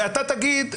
ואתה תגיד,